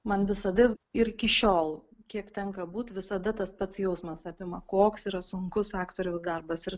man visada ir iki šiol kiek tenka būt visada tas pats jausmas apima koks yra sunkus aktoriaus darbas ir